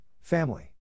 family